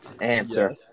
Answer